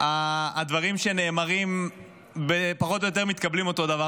הדברים שנאמרים פחות או יותר מתקבלים אותו דבר.